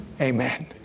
Amen